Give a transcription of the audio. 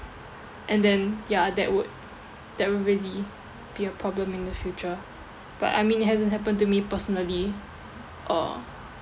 and then ya that would that would really be a problem in the future but I mean it hasn't happened to me personally uh